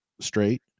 straight